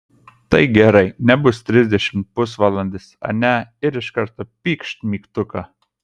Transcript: tai gerai nebus trisdešimt pusvalandis ane ir iš karto pykšt mygtuką